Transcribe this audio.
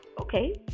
Okay